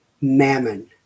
mammon